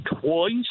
twice